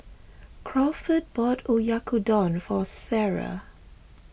Crawford bought Oyakodon for Sarai